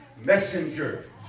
messenger